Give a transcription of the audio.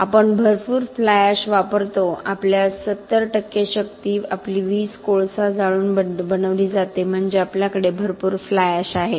आपण भरपूर fly ash वापरतो आपल्या 70 टक्के शक्ती आपली वीज कोळसा जाळून बनवली जाते म्हणजे आपल्याकडे भरपूर फ्लाय एश आहे